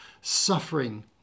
suffering